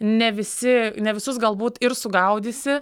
ne visi ne visus galbūt ir sugaudysi